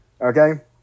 Okay